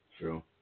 True